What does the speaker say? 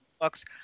books